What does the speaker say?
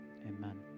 amen